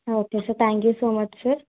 okay sir thank you so much sir